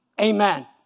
Amen